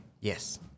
Yes